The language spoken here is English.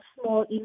small